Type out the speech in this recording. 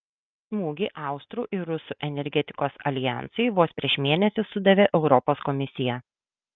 smūgį austrų ir rusų energetikos aljansui vos prieš mėnesį sudavė europos komisija